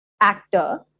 actor